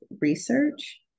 research